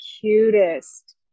cutest